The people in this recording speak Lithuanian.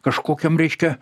kažkokiam reiškia